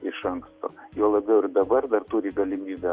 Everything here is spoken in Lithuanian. iš anksto juo labiau ir dabar dar turi galimybę